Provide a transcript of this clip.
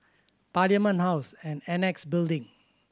Parliament House and Annexe Building